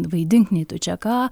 vaidink nei tu čia ką